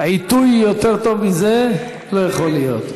עיתוי יותר טוב מזה לא יכול להיות.